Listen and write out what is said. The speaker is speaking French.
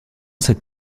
cette